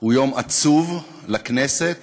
הוא יום עצוב לכנסת,